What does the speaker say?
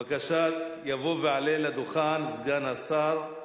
בבקשה, יבוא ויעלה לדוכן סגן השר.